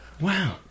Wow